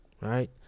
right